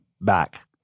Back